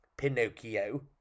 Pinocchio